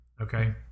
Okay